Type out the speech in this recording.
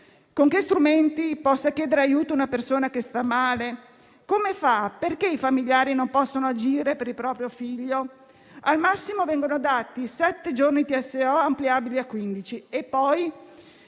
con quali strumenti possa chiedere aiuto una persona che sta male? Come fa? Perché i familiari non possono agire per il proprio figlio? Al massimo vengono dati sette giorni di trattamento